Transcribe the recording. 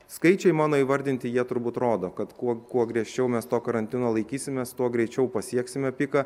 skaičiai mano įvardinti jie turbūt rodo kad kuo kuo griežčiau mes to karantino laikysimės tuo greičiau pasieksime piką